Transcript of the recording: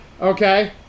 okay